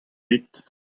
bet